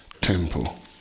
temple